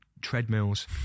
treadmills